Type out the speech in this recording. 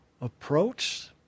approach